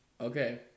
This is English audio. Okay